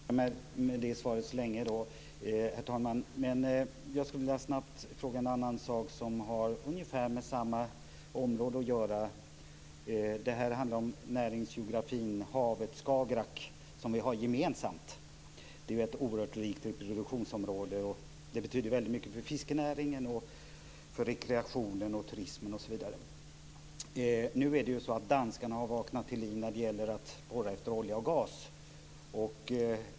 Herr talman! Jag får nöja mig med det svaret så länge. Men jag skulle vilja fråga en annan sak som har med ungefär samma område att göra. Det handlar om näringsgeografin, närmare bestämt i havet Skagerrak som vi har gemensamt. Det är ett oerhört rikt reproduktionsområde som betyder väldigt mycket för fiskenäringen, rekreationen, turismen osv. Nu har danskarna vaknat till liv när det gäller att borra efter olja och gas.